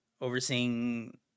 overseeing